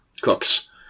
cooks